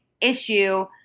issue